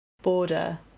border